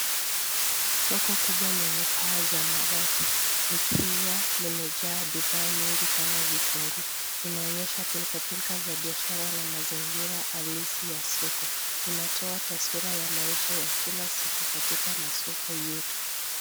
Soko kubwa lenye paa za mabati likiwa limejaa bidhaa nyingi kama vitunguu inaonyesha pilka pilka za biashara na mazingira halisi ya soko. Inatoa taswira ya maisha ya kila siku katika masoko yetu.